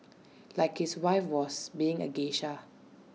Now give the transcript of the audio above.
like his wife was being A geisha